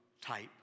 type